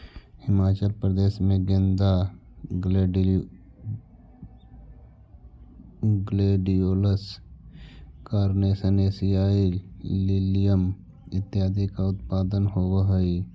हिमाचल प्रदेश में गेंदा, gladiolus, carnation, एशियाई लिलियम इत्यादि का उत्पादन होवअ हई